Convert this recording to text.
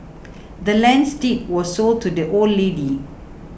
the land's deed was sold to the old lady